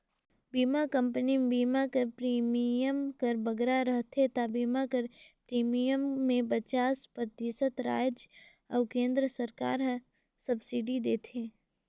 बीमा कंपनी में बीमा कर प्रीमियम हर बगरा रहथे ता बीमा कर प्रीमियम में पचास परतिसत राएज अउ केन्द्र सरकार हर सब्सिडी देथे